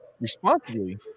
responsibly